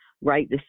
right